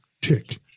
tick